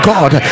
God